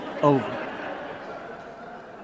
over